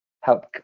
help